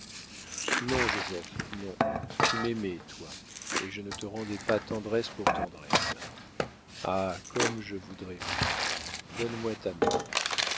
non joseph non tu m'aimais toi et je ne te rendais pas tendresse pour tendresse ah comme je voudrais vivre donne-moi ta main